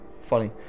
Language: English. Funny